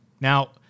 Now